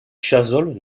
chazolles